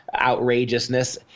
outrageousness